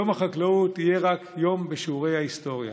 יום החקלאות יהיה רק יום בשיעורי ההיסטוריה.